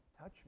Touch